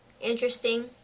interesting